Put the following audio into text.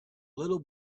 little